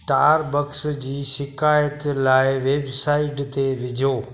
Starbucks जी शिकाइत लाइ वेबसाइट ते विझो